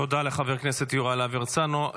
תודה לחבר הכנסת יוראי להב הרצנו.